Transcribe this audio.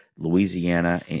Louisiana